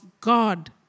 God